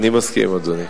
אני מסכים עם אדוני.